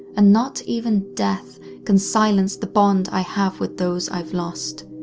and not even death can silence the bond i have with those i've lost.